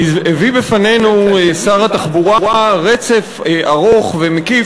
הביא בפנינו שר התחבורה רצף ארוך ומקיף